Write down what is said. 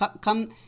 Come